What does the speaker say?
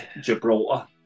Gibraltar